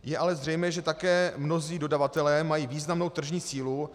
Je ale zřejmé, že také mnozí dodavatelé mají významnou tržní sílu.